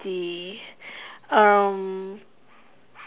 the um